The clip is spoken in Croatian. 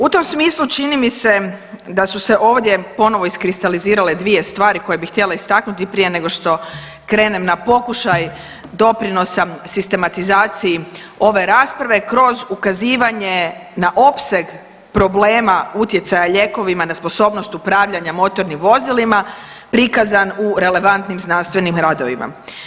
U tom smislu čini mi se da su se ovdje iskristalizirale dvije stvari koje bi htjela istaknuti prije nego što krenem na pokušaj doprinosa sistematizaciji ove rasprave kroz ukazivanje na opseg problema utjecaja lijekovima na sposobnost upravljanja motornim vozilima prikaz u relevantnim znanstvenim radovima.